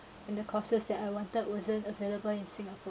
and the courses that I wanted wasn't available in singapore